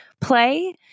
play